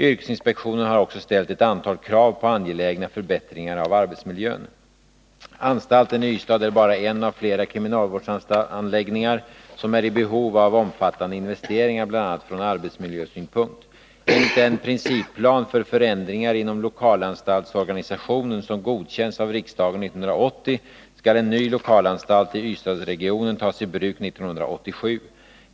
Yrkesinspektionen har också ställt ett antal krav på angelägna förbättringar av arbetsmiljön. Anstalten i Ystad är bara en av flera kriminalvårdsanläggningar som är i behov av omfattande investeringar bl.a. från arbetsmiljösynpunkt. Enligt den principplan för förändringar inom lokalanstaltsorganisationen som godkänts av riksdagen 1980 skall en ny lokalanstalt i Ystadsregionen tas i bruk 1987.